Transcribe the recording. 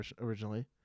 originally